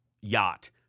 Yacht